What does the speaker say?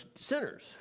sinners